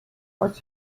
aus